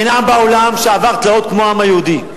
אין עם בעולם שעבר תלאות כמו העם היהודי.